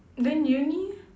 then uni